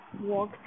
walk